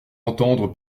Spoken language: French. entendre